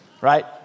right